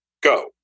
go